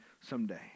someday